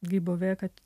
gi buvė kad